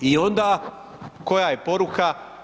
I onda koja je poruka?